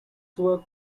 work